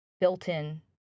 built-in